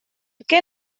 què